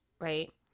right